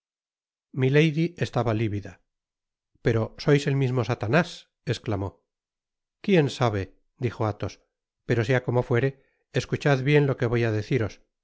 estaba livida pero sois el mismo satanás esclamó quién sabe dijo athos pero sea como fuere escuchad bien lo que voy á deciros